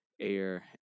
air